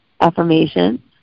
affirmation